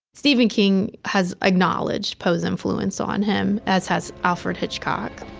stephen king has acknowledged poe's influence so on him as has alfred hitchcock